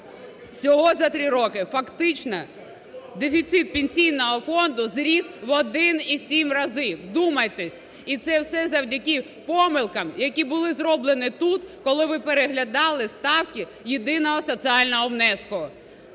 Всього за три роки фактично дефіцит Пенсійного фонду зріс 1,7 рази. Вдумайтесь! І це все завдяки помилкам, які були зроблені тут, коли ви переглядали ставки єдиного соціального внеску.